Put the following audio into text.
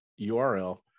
URL